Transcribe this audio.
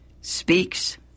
speaks